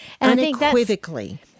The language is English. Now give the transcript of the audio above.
unequivocally